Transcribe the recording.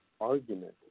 argument